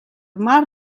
mar